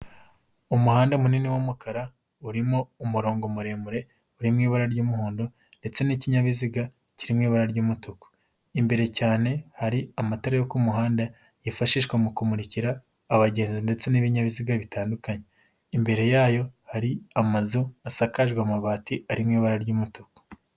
Umuhanda munini w'umukara urimo umurongo muremure uri mu ibara ry'umuhondo ndetse n'ikinyabiziga kiri mu ibara ry'umutuku, imbere cyane hari amatara yo ko muhanda yifashishwa mu kumurikira abagenzi ndetse n'ibinyabiziga bitandukanye, imbere yayo hari amazu asakajwe amabati ari mu ibara ry'umutuku.